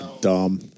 Dumb